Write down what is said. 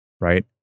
Right